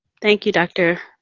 thank you, dr.